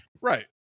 Right